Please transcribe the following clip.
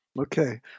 Okay